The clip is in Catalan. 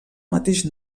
mateix